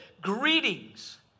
Greetings